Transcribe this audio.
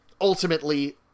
ultimately